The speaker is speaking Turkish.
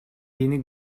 yeni